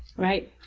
right.